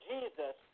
Jesus